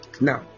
now